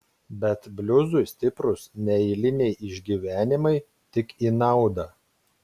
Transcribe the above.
bet bliuzui stiprūs neeiliniai išgyvenimai tik į naudą